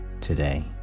today